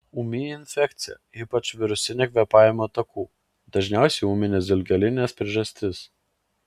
ūmi infekcija ypač virusinė kvėpavimo takų dažniausia ūminės dilgėlinės priežastis